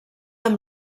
amb